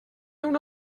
una